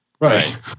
Right